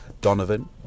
Donovan